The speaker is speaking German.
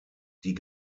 die